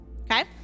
Okay